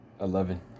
Eleven